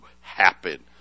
happen